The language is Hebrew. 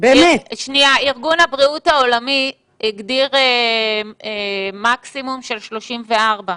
ארגון הבריאות העולמי הגדיר מקסימום של 34,